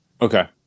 Okay